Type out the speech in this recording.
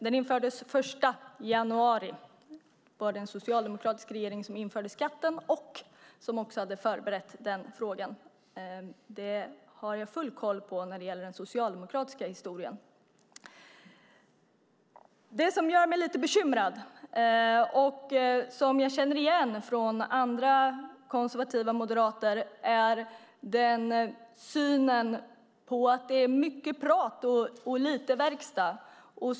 Den 1 januari var det som en socialdemokratisk regering införde skatten och som också hade förberett den frågan. Jag har full koll på den socialdemokratiska historien. Det som gör mig lite bekymrad, och som jag känner igen från andra konservativa moderater, är att det är mycket prat och lite verkstad.